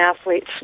athletes